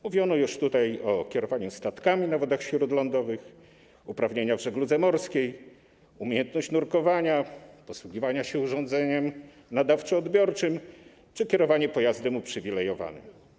Mówiono już tutaj o kierowaniu statkami na wodach śródlądowych, uprawnieniach w żegludze morskiej, umiejętności nurkowania, posługiwania się urządzeniem nadawczo-odbiorczym czy kierowania pojazdem uprzywilejowanym.